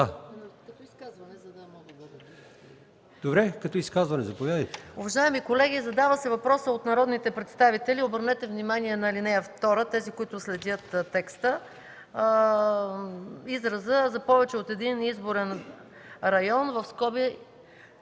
За изказване – заповядайте.